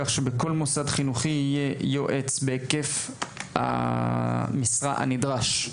כך שבכל מוסד חינוכי יהיה יועץ בהיקף המשרה הנדרש,